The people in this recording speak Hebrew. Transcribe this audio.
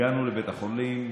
הגענו לבית החולים,